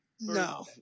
No